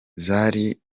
zari